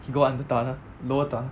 he go under tunnel lower tunnel